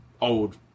old